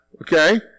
okay